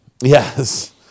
Yes